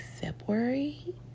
February